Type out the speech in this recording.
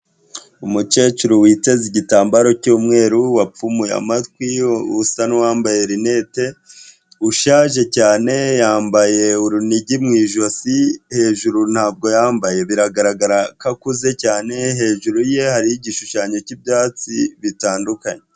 Umukecuru witeze igitambaro cy'umweru, wapfumuye amatwi, usa n'uwambaye linete, ushaje cyane, yambaye urunigi mu ijosi, hejuru ntabwo yambaye, biragaragara ko akuze cyane, hejuru ye hariho igishushanyo cy'ibyatsi bitandukanye.